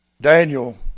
Daniel